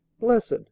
Blessed